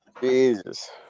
Jesus